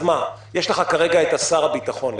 יש לך כרגע את שר הביטחון לדוגמה,